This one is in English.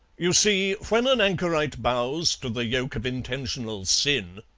you see, when an anchorite bows to the yoke of intentional sin,